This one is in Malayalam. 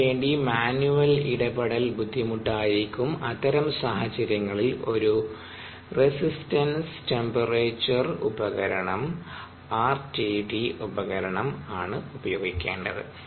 അതിനു വേണ്ടി മാനുവൽ ഇടപെടൽ ബുദ്ധിമുട്ടായിരിക്കും അത്തരം സാഹചര്യങ്ങളിൽ ഒരു റെസിസ്റ്റൻസ് ടെമ്പറേച്ചർ ഉപകരണം RTD ഉപകരണം ആണ് ഉപയോഗിക്കേണ്ടത്